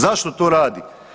Zašto to radi?